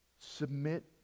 Submit